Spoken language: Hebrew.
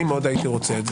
אני הייתי מאוד רוצה.